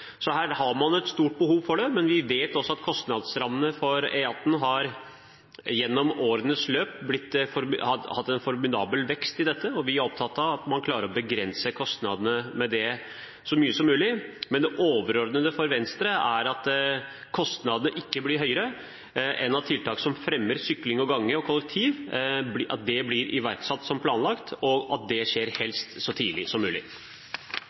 så her har man et stort behov. Vi vet at kostnadsrammen for E18 i årenes løp har hatt en formidabel vekst, og vi er opptatt av at man klarer å begrense kostnadene så mye som mulig, men det overordnede for Venstre er at kostnadene ikke blir høyere enn at tiltak som fremmer sykling, gange og kollektivtransport, blir iverksatt som planlagt, og at det helst skjer så tidlig som mulig.